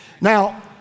Now